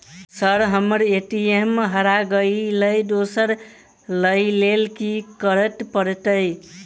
Sir हम्मर ATM हरा गइलए दोसर लईलैल की करऽ परतै?